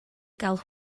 gael